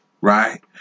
right